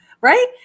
right